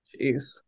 Jeez